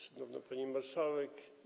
Szanowna Pani Marszałek!